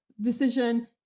decision